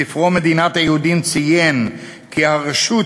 בספרו "מדינת היהודים" ציין כי "הרשות